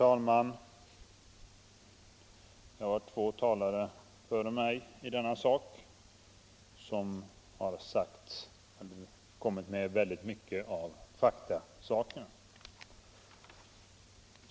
Herr talman! Två talare före mig i denna fråga har kommit med många fakta.